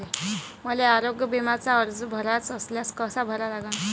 मले आरोग्य बिम्याचा अर्ज भराचा असल्यास कसा भरा लागन?